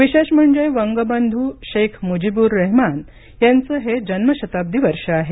विशेष म्हणजे वंगबंधू शेख मुजीबुर्रहेमान यांचं हे जन्मशताब्दी वर्ष आहे